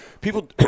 people